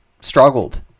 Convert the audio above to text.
struggled